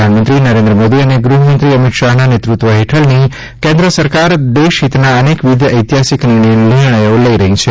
પ્રધાનમંત્રી શ્રી નરેન્દ્ર મોદી અને ગૂહમંત્રી શ્રી અમિત શાહના નેતૃત્વ હેઠળની કેન્દ્ર સરકાર દેશહિતના અનેકવિધ ઐતિહાસિક નિર્ણયો લઇ રહી છે